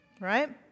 Right